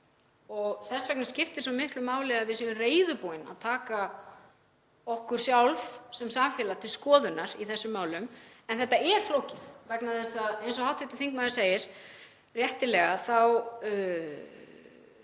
Þess vegna skiptir svo miklu máli að við séum reiðubúin að taka okkur sjálf sem samfélag til skoðunar í þessum málum. En þetta er flókið vegna þess að eins og hv. þingmaður segir réttilega þá